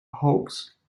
hawks